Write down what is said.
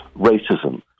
racism